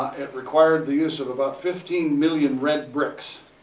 it required the use of about fifteen million red bricks.